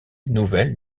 nouvelle